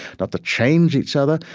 not to change each other,